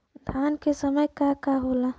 धान के समय का का होला?